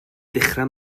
dechrau